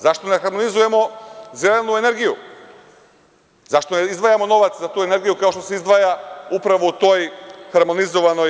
Zašto ne harmonizujemo zelenu energiju, zašto ne izdvajamo novac za tu energiju kao što se izdvaja upravo u toj harmonizovanoj EU?